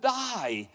die